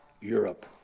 Europe